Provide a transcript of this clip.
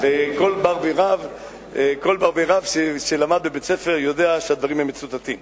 וכל בר-בי-רב שלמד בבית-ספר יודע שהדברים הם מצוטטים.